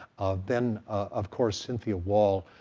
then, of course, cynthia wall,